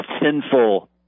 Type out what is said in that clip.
sinful